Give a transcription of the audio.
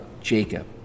Jacob